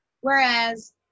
Whereas